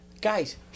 guys